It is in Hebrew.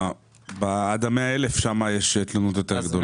עד 100,000 יש תלונות רבות יותר.